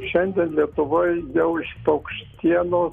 šiandien lietuvoj jau iš paukštienos